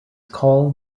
called